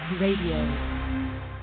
Radio